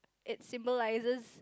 it symbolises